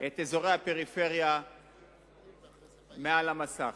את אזורי הפריפריה על המסך.